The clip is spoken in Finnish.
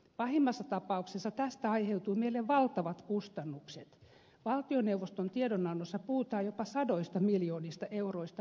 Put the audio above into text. pahimmassa tapauksessa tästä aiheutuu meille valtavat kustannukset valtioneuvoston tiedonannossa puhutaan jopa sadoista miljoonista euroista vuodessa